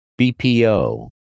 BPO